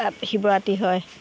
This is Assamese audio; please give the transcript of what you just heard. তাত শিৱৰাত্ৰী হয়